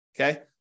Okay